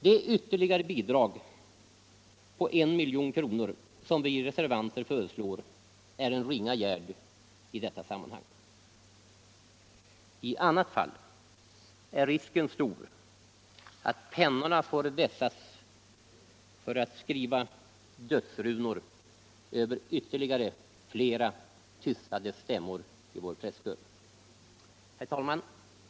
Det ytterligare bidrag på 1 milj.kr. som vi reservanter föreslår är en ringa gärd i detta sammanhang. Utan det är risken stor att pennorna får vässas för att skriva dödsrunor över ännu fler tystade stämmor i vår presskör. Herr talman!